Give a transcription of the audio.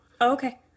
okay